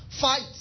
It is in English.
Fight